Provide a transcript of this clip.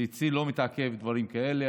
ואצלי לא מתעכבים דברים כאלה.